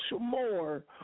more